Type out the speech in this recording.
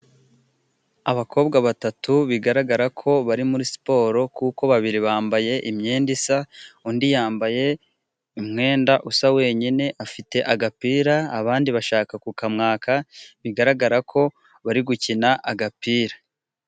Abakobwa batatu bigaragara ko bari muri siporo, kuko babiri bambaye imyenda isa, undi yambaye umwenda usa wenyine, afite agapira abandi bashaka kukamwaka bigaragara ko bari gukina agapira.